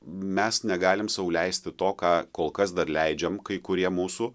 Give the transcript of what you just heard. mes negalim sau leisti to ką kol kas dar leidžiam kai kurie mūsų